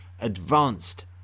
advanced